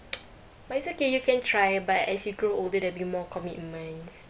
but it's okay you can try but as you grow older there will be more commitments